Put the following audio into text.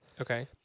Okay